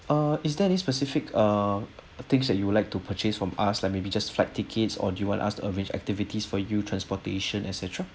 uh is there any specific uh things that you would like to purchase from us like maybe just flight tickets or do you want us to arrange activities for you transportation etcetera